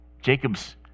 Jacob's